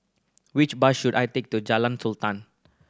which bus should I take to Jalan Sultan